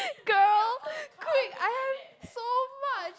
girl quick I have so much